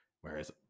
Whereas